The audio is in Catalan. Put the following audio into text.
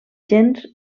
gens